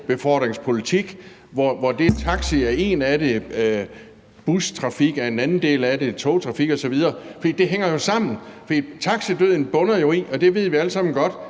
personbefordringspolitik, hvor taxier er en af dem, bustrafik er en anden del af det, togtrafik osv. er en tredje del af det, for det hænger jo sammen? Taxidøden bunder jo i, og det ved vi alle sammen godt,